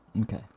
Okay